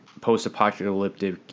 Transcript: post-apocalyptic